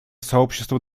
сообщество